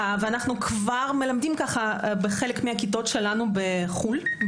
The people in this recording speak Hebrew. אנו מלמדים ככה בחלק מהכיתות שלנו בחו"ל,